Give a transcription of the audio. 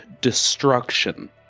destruction